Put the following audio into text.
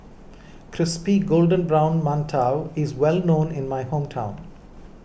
Crispy Golden Brown Mantou is well known in my hometown